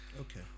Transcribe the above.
okay